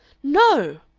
no,